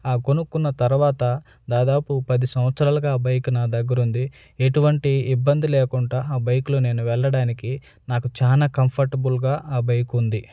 ఆ కొనుక్కున్న తరువాత దాదాపు పది సంవత్సరాలుగా ఆ బైక్ నా దగ్గరుంది ఎటువంటి ఇబ్బంది లేకుండా ఆ బైక్లో నేను వెళ్ళడానికి నాకు చాలా కంఫర్టబుల్గా ఆ బైక్ ఉంది